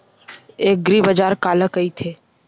एग्रीबाजार काला कइथे?